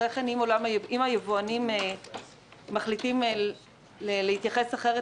אחרי כן אם היבואנים מחליטים להתייחס אחרת